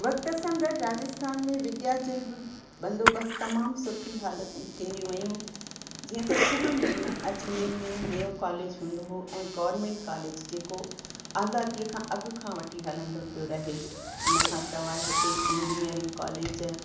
वक़्त सां गॾु राजस्थान में विद्दा जे बि बंदोबस्त तमामु सुठी हालतूं थींदियूं वियूं जीअं त शरू में ई अजमेर मेंं मेयो कॉलेज हूंदो हुओ ऐं गॉर्मेंट कालेज जेको आज़ादीअ खां अॻ खां वठी हलंदो पियो रहे इन खां सवाइ हिते इंजीनियरिंग कॉलेज